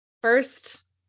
First